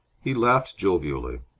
he laughed jovially.